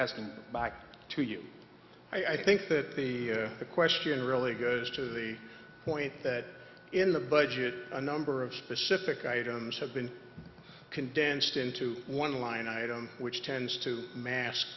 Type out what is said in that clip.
asking back to you i think that the question really good as to the point that in the budget a number of specific items have been condensed into one line item which tends to mask